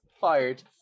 Fired